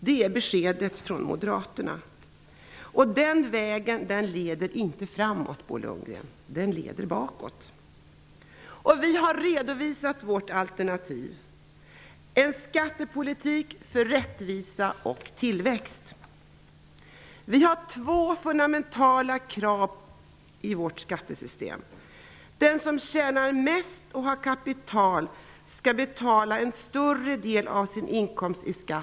Det är Moderaternas besked. Men den vägen leder inte framåt, Bo Lundgren, utan den leder bakåt. Vi socialdemokrater har redovisat vårt alternativ, som innebär en skattepolitik för rättvisa och tillväxt. Vi har två fundamentala krav i vårt skattesystem. Det första kravet är att den som tjänar mest och som har kapital skall betala en större andel skatt av sin inkomst än andra.